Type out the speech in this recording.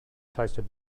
tasted